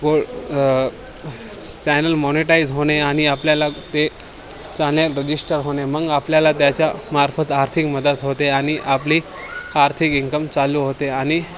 को channel monetise होणे आणि आपल्याला ते चॅनेल रजिस्टर होणे मग आपल्याला त्याच्यामार्फत आर्थिक मदत होते आणि आपली आर्थिक इन्कम चालू होते आणि